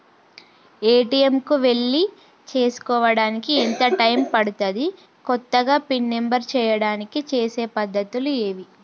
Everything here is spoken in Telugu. ఏ.టి.ఎమ్ కు వెళ్లి చేసుకోవడానికి ఎంత టైం పడుతది? కొత్తగా పిన్ నంబర్ చేయడానికి చేసే పద్ధతులు ఏవి?